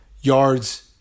yards